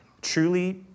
Truly